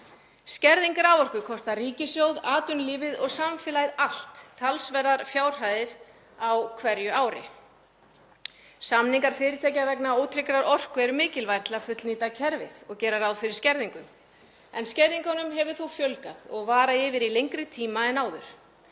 Skerðing raforku kostar ríkissjóð, atvinnulífið og samfélagið allt talsverðar fjárhæðir á hverju ári. Samningar fyrirtækja vegna ótryggrar orku eru mikilvægir til að fullnýta kerfið og gera ráð fyrir skerðingum en skerðingunum hefur þó fjölgað og vara í lengri tíma en áður